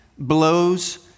blows